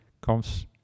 comes